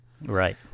Right